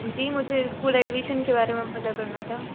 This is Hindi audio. जी मुझे स्कूल एडमिशन के बारे में पता करना था